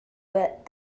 what